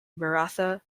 maratha